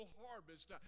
harvest